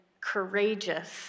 courageous